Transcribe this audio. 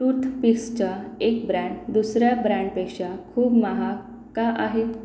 टूथपिसचा एक ब्रँड दुसऱ्या ब्रँडपेक्षा खूप महाग का आहेत